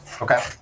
Okay